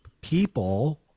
people